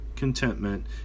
Contentment